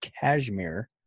cashmere